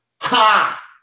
Ha